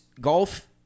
golf